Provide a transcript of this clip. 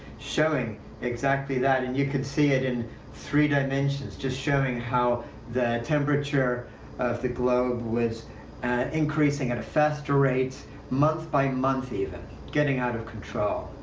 showing exactly that and you can see it in three dimensions just showing how the temperature of the globe was increasing at a faster rate month-by-month, month-by-month, even getting out of control.